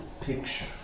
picture